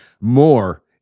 more